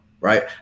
Right